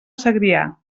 segrià